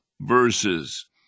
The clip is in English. verses